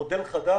מודל חדש,